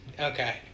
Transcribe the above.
Okay